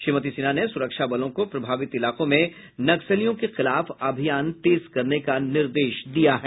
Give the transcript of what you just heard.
श्रीमती सिन्हा ने सुरक्षा बलों को प्रभावित इलाकों में नक्सलियों के खिलाफ अभियान तेज करने का निर्देश दिया है